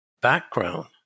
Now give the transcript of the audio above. background